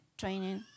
training